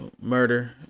murder